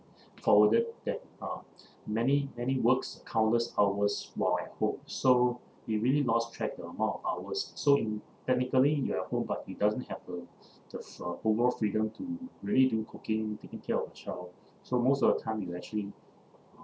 forwarded that uh many many works countless hours while at home so we really lost track the amount of hours so in technically you're at home but it doesn't have a the f~ uh overall freedom to really do cooking taking care of the child so most of the time you actually